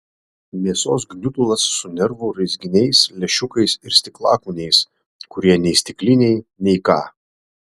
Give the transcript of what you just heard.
mėsos gniutulas su nervų raizginiais lęšiukais ir stiklakūniais kurie nei stikliniai nei ką